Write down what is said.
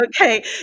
Okay